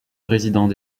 résident